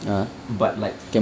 but like